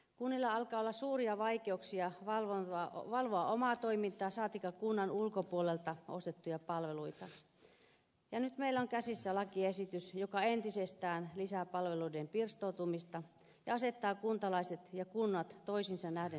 kunnilla alkaa olla suuria vaikeuksia valvoa omaa toimintaansa saati kunnan ulkopuolelta ostettuja palveluita ja nyt meillä on käsissä lakiesitys joka entisestään lisää palveluiden pirstoutumista ja asettaa kuntalaiset ja kunnat toisiinsa nähden eriarvoiseen asemaan